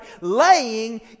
laying